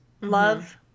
Love